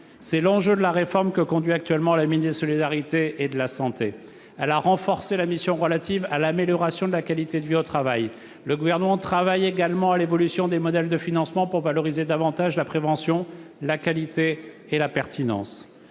C'est l'enjeu de la réforme que mène actuellement la ministre des solidarités et de la santé. Elle a renforcé la mission relative à l'amélioration de la qualité de vie au travail. Le Gouvernement réfléchit également à l'évolution des modèles de financement afin de valoriser davantage la prévention, la qualité et la pertinence